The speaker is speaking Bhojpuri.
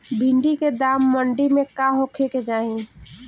भिन्डी के दाम मंडी मे का होखे के चाही?